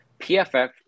PFF